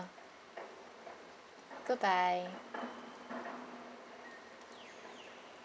goodbye